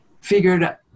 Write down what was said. figured